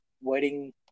wedding